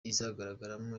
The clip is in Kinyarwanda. izagaragaramo